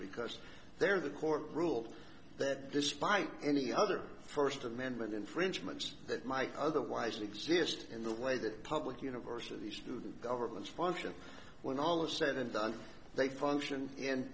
because there's a court ruled that despite any other first amendment infringements that might otherwise exist in the way that public university student governments function when all is said and done they function